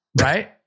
right